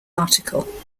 article